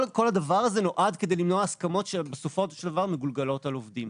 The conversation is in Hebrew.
כל הדבר הזה נועד כדי למנוע הסכמות שבסופו של דבר מגולגלות על עובדים.